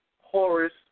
Horus